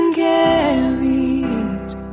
carried